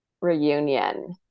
reunion